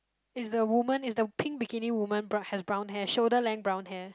is the woman is the pink bikini women but have brown hair shoulder length brown hair